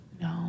No